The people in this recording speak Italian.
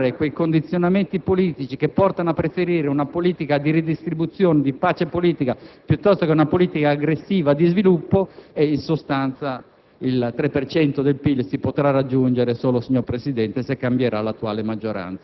la mentalità di chi governa attualmente l'economia, di superare quei condizionamenti politici che portano a preferire una politica di redistribuzione e di pace politica, piuttosto che una politica aggressiva e di sviluppo. In sostanza,